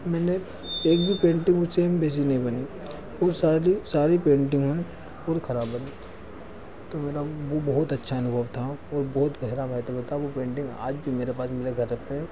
मैंने एक भी पेंटिंग उ सेम वैसी नहीं बनाई वो सारी सारी पेंटिंग हैं और ख़राब बनी तो मेरा वह बहुत अच्छा अनुभव था और बहुत गहरा था वह पेंटिंग आज भी मेरे घर पर